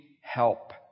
help